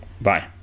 Bye